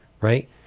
right